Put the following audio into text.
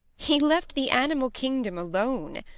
he left the animal kingdom alone,